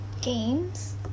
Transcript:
Games